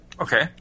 Okay